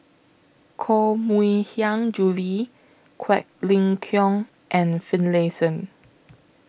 Koh Mui Hiang Julie Quek Ling Kiong and Finlayson